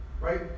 right